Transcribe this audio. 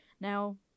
Now